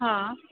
हां